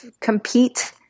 compete